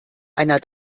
einer